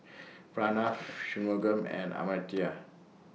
Pranav Shunmugam and Amartya